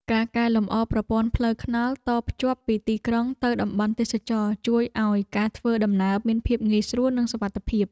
ការកែលម្អប្រព័ន្ធផ្លូវថ្នល់តភ្ជាប់ពីទីក្រុងទៅតំបន់ទេសចរណ៍ ជួយឱ្យការធ្វើដំណើរមានភាពងាយស្រួលនិងសុវត្ថិភាព។